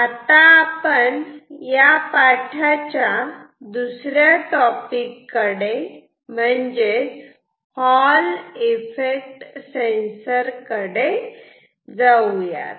आता आपण या पाठाच्या दुसऱ्या टॉपिक कडे म्हणजेच हॉल इफेक्ट सेंसर कडे जाऊ यात